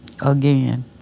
again